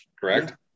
correct